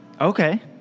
Okay